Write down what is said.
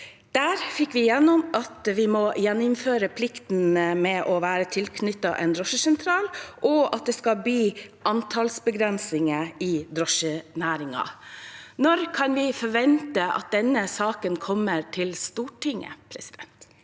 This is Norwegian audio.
Der fikk vi gjennom at vi må gjeninnføre plikten til å være tilknyttet en drosjesentral, og at det skal bli antallsbegrensninger i drosjenæringen. Når kan vi forvente at denne saken kommer til Stortinget?